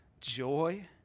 joy